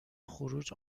خروج